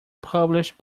published